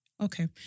Okay